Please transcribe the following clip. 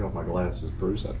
my glasses bruce.